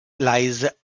leise